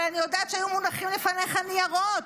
אבל אני יודעת שהיו מונחים לפניך ניירות,